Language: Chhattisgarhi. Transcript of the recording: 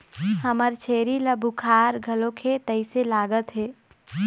हमर छेरी ल बुखार घलोक हे तइसे लागत हे